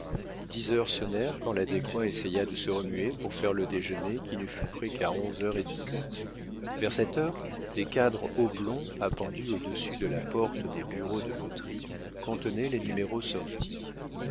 dix heures sonnèrent quand la descoings essaya de se remuer pour faire le déjeuner qui ne fut prêt qu'à onze heures et demie vers cette heure des cadres oblongs appendus au-dessus de la porte des bureaux de loterie contenaient les numéros sortis